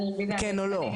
כן או לא.